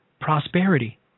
prosperity